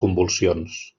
convulsions